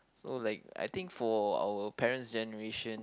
so like I think for our parents generation